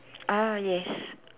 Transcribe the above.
uh yes